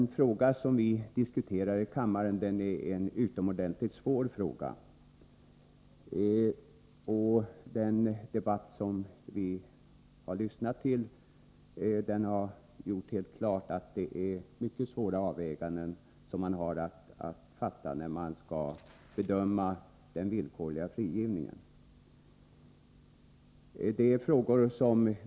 Herr talman! Det är en utomordentligt svår fråga som vi nu diskuterar. Den debatt som vi har lyssnat till har gjort helt klart att det är mycket grannlaga avvägningar som måste göras när man skall bedöma den villkorliga frigivningen.